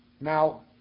Now